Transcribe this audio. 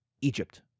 Egypt